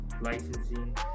licensing